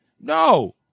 No